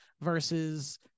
versus